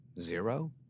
zero